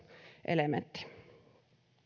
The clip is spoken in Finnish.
elementti